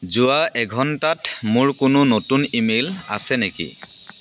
যোৱা এঘণ্টাত মোৰ কোনো নতুন ইমেইল আছে নেকি